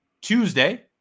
Tuesday